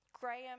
Graham